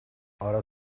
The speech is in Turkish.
ara